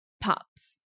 pops